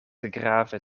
grave